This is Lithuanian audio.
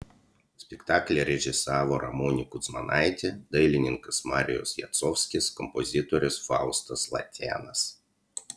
spektaklį režisavo ramunė kudzmanaitė dailininkas marijus jacovskis kompozitorius faustas latėnas